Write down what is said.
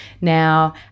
Now